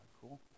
Cool